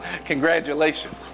Congratulations